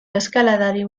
eskaladari